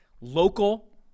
local